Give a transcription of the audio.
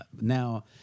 now